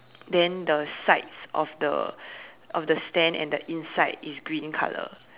then the sides of the of the stand and the inside is green color